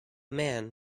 man